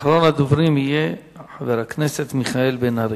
אחרון הדוברים יהיה חבר הכנסת מיכאל בן-ארי.